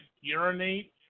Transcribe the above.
urinate